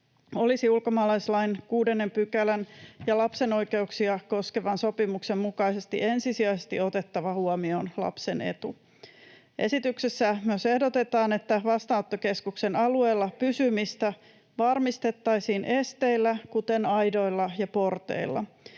olisi ulkomaalaislain 6 §:n ja lapsen oikeuksia koskevan sopimuksen mukaisesti ensisijaisesti otettava huomioon lapsen etu. Esityksessä myös ehdotetaan, että vastaanottokeskuksen alueella pysymistä varmistettaisiin esteillä, kuten aidoilla ja porteilla.